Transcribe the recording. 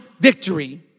victory